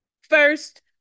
First